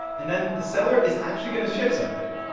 and then the seller is actually going to ship something,